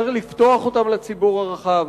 צריך לפתוח אותם לציבור הרחב.